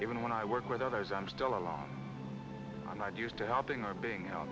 even when i work with others i'm still alone i'm argues to helping our being out